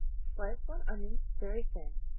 slice one onion very thin.